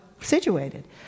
situated